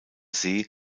see